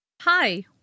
Hi